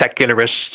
secularists